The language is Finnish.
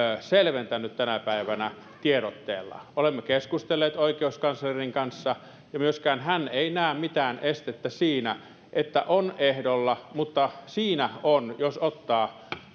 selventänyt tänä päivänä tiedotteellaan olemme keskustelleet oikeuskanslerin kanssa ja myöskään hän ei näe mitään estettä siinä että on ehdolla mutta siinä saattaa tulla esteitä jos ottaa